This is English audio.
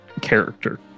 character